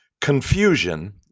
Confusion